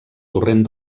torrent